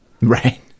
Right